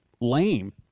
lame